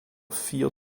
vier